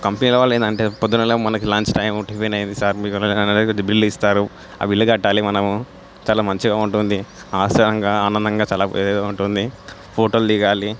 కంపెనీలో వాళ్ళు ఏందంటే పొద్దుగాల మనకి లంచ్ టైం టిఫిన్ అయ్యింది సార్ మీరు అనగానే బిల్ ఇస్తారు ఆ బిల్ కట్టాలి మనము చాలా మంచిగా ఉంటుంది ఆశలంగా ఆనందంగా చాలా ఉంటుంది ఫోటోలు దిగాలి